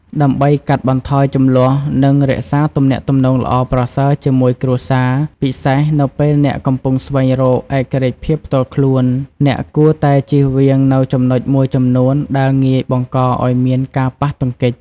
ដើម្បីកាត់បន្ថយជម្លោះ និងរក្សាទំនាក់ទំនងល្អប្រសើរជាមួយគ្រួសារ ពិសេសនៅពេលអ្នកកំពុងស្វែងរកឯករាជ្យភាពផ្ទាល់ខ្លួន អ្នកគួរតែជៀសវាងនូវចំណុចមួយចំនួនដែលងាយបង្កឲ្យមានការប៉ះទង្គិច។